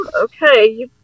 Okay